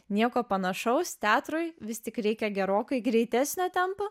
nieko panašaus teatrui vis tik reikia gerokai greitesnio tempo